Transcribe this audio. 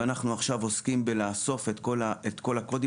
אנחנו עכשיו עוסקים בלאסוף את כל הקודים